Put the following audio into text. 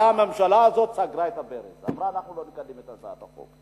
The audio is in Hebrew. באה הממשלה הזאת וסגרה את הברז ואמרה: אנחנו לא נקדם את הצעת החוק.